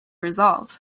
resolve